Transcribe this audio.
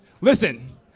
Listen